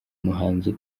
muhanzi